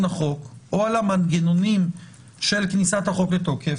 החוק או על המנגנונים של כניסת החוק לתוקף,